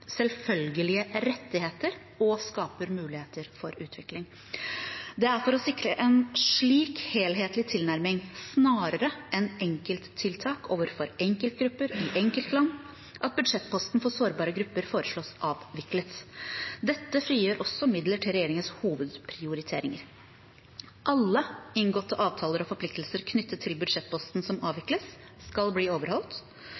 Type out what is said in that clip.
selvfølgelige rettigheter og skaper muligheter for utvikling. Det er for å sikre en slik helhetlig tilnærming snarere enn enkelttiltak overfor enkeltgrupper i enkeltland at budsjettposten for sårbare grupper foreslås avviklet. Dette frigjør også midler til regjeringens hovedprioriteringer. Alle inngåtte avtaler og forpliktelser knyttet til budsjettposten som